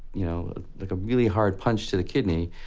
you know like a really hard punch to the kidney.